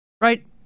right